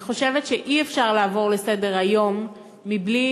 אני חושבת שאי-אפשר לעבור על זה לסדר-היום בלי